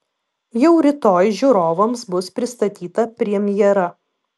jau rytoj žiūrovams bus pristatyta premjera